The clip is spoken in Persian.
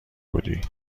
بودی